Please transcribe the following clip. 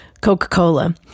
coca-cola